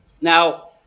Now